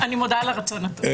אני מודה על הרצון הטוב.